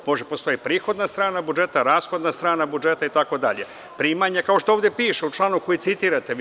Može da postojati prihodna strana budžeta, rashodna strana budžeta itd, kao što ovde piše u članu koji citirate vi.